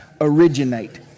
originate